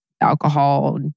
alcohol